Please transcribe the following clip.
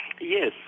Yes